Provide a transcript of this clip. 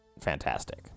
fantastic